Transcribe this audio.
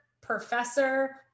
professor